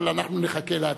אבל אנחנו נחכה להצבעה.